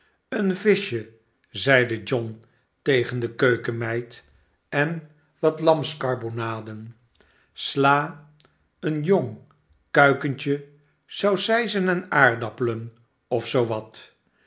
een viscbje zeide john tegen de keukenmeid en wat lamskarbonaden sla een jong kuikentje saucijzen en aardappelen of zoo wat